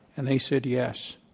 and they said yes.